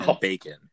bacon